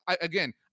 again—